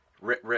Rick